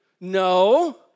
No